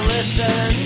Listen